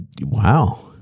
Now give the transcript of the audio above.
wow